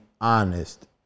honest